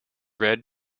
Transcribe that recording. red